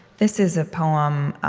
this is a poem